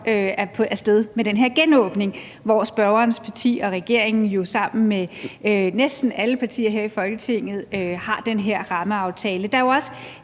af sted med den her genåbning, hvor spørgerens parti og regeringen sammen med næsten alle partier her i Folketinget har den her rammeaftale, der heldigvis også